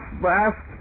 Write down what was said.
last